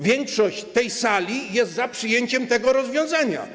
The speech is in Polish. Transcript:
Większość w tej sali jest za przyjęciem tego rozwiązania.